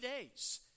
days